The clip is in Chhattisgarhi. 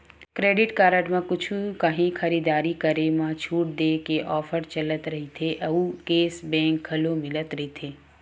क्रेडिट कारड म कुछु काही खरीददारी करे म छूट देय के ऑफर चलत रहिथे अउ केस बेंक घलो मिलत रहिथे